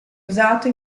usato